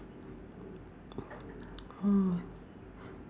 oh